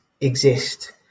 exist